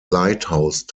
lighthouse